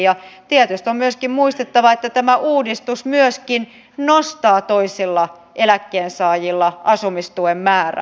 tietysti on myöskin muistettava että tämä uudistus myöskin nostaa toisilla eläkkeensaajilla asumistuen määrää